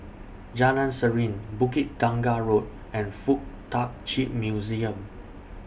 Jalan Serene Bukit Tunggal Road and Fuk Tak Chi Museum